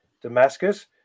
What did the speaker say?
Damascus